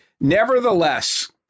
Nevertheless